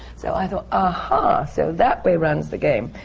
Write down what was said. so i thought, aha! so that way runs the game.